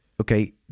okay